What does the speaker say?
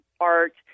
art